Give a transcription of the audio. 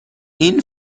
این